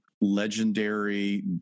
legendary